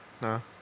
No